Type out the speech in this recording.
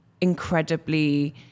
incredibly